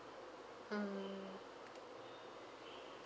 hmm